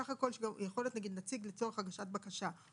להיות נציג לצורך הגשת בקשה,